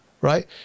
right